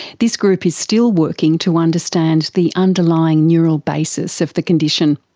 this group is still working to understand the underlying neural basis of the condition.